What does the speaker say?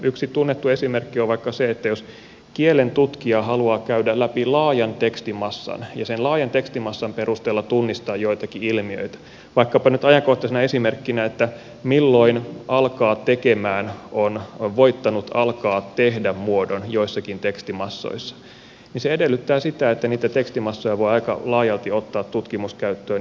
yksi tunnettu esimerkki on vaikka se että jos kielentutkija haluaa käydä läpi laajan tekstimassan ja sen laajan tekstimassan perusteella tunnistaa joitakin ilmiöitä vaikkapa nyt ajankohtaisena esimerkkinä että milloin alkaa tekemään on voittanut alkaa tehdä muodon joissakin tekstimassoissa niin se edellyttää sitä että niitä tekstimassoja voi aika laajalti ottaa tutkimuskäyttöön